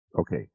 Okay